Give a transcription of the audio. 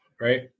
right